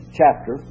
chapter